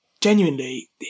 genuinely